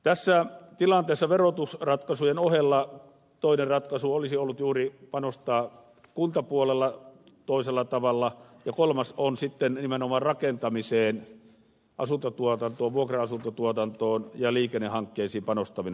tässä tilanteessa verotusratkaisujen ohella toinen ratkaisu olisi ollut juuri panostaa kuntapuolella toisella tavalla ja kolmas on sitten nimenomaan rakentamiseen asuntotuotantoon vuokra asuntotuotantoon ja liikennehankkeisiin panostaminen